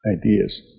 Ideas